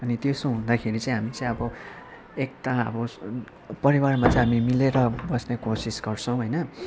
अनि त्यसो हुँदाखेरि चाहिँ हामी चाहिँ अब एक त अब परिवारमा चाहिँ हामी मिलेर बस्ने कोसिस गर्छौँ होइन